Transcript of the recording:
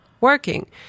working